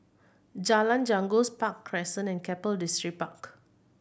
Jalan Janggus Park Crescent and Keppel Distripark